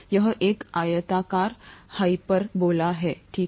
यह एक आयताकार हाइपरबोला है ठीक है